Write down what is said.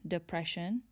Depression